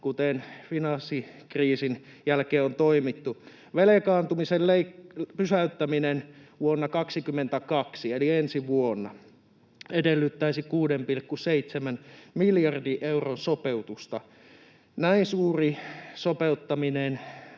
kuten finanssikriisin jälkeen on toimittu. Velkaantumisen pysäyttäminen vuonna 22 eli ensi vuonna edellyttäisi 6,7 miljardin euron sopeutusta. Näin suuri sopeuttaminen